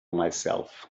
myself